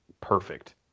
perfect